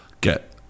get